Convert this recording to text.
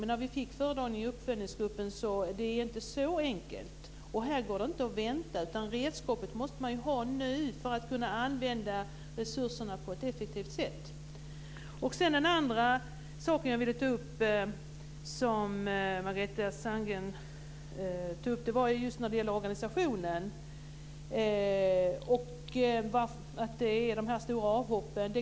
Men när vi fick föredragningen i uppföljningsgruppen förstod vi att det inte är så enkelt. Här går det inte att vänta, utan man måste ha redskapet nu för att kunna använda resurserna på ett effektivt sätt. Den andra frågan jag vill ta upp, och som också Margareta Sandgren nämnde, gäller organisationen och de stora avhoppen.